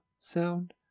sound